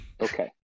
Okay